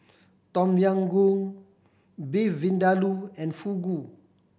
Tom Yam Goong Beef Vindaloo and Fugu